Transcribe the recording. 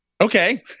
Okay